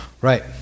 Right